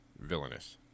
villainous